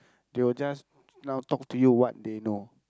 they will just now talk to you what they know